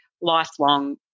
lifelong